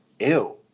ew